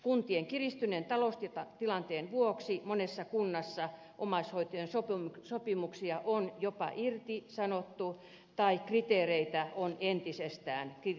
kuntien kiristyneen taloustilanteen vuoksi monessa kunnassa omaishoitojen sopimuksia on jopa irtisanottu tai kriteereitä on entisestään kiristetty